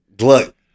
Look